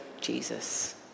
Jesus